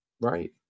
Right